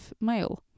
male